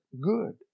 good